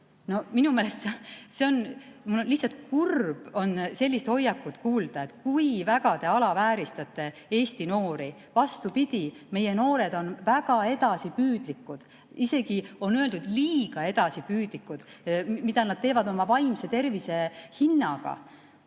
Minu meelest lihtsalt kurb on sellist hoiakut kuulda, kui väga te alavääristate Eesti noori. Vastupidi, meie noored on väga edasipüüdlikud, isegi on öeldud, et liiga edasipüüdlikud, mida nad teevad oma vaimse tervise hinnaga.